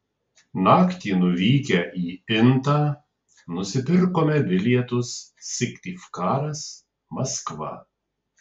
naktį nuvykę į intą nusipirkome bilietus syktyvkaras maskva